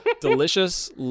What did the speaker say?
delicious